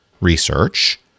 research